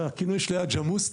הכינוי שלו היה ג'מוס,